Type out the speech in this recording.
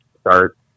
start